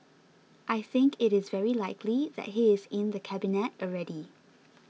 I think it is very likely that he is in the Cabinet already